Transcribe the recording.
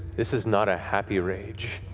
this is not a happy rage.